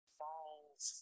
falls